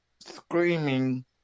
Screaming